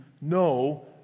no